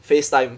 Facetime